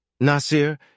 Nasir